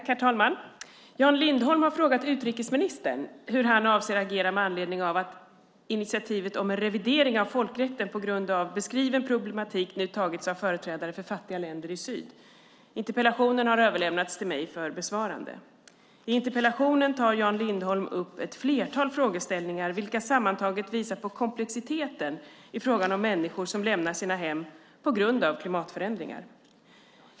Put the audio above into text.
Herr talman! Jan Lindholm har frågat utrikesministern hur han avser att agera med anledning av att initiativet om en revidering av folkrätten på grund av beskriven problematik nu tagits av företrädare för fattiga länder i syd. Interpellationen har överlämnats till mig för besvarande. I interpellationen tar Jan Lindholm upp ett flertal frågeställningar vilka sammantaget visar på komplexiteten i frågan om människor som lämnar sina hem på grund av klimatförändringar.